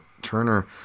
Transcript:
turner